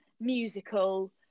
musical